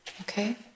okay